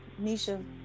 nisha